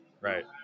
right